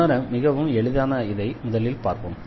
உணர மிகவும் எளிதான இதை முதலில் பார்ப்போம்